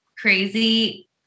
crazy